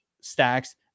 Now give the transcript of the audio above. stacks